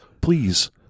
Please